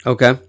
Okay